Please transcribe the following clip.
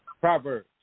Proverbs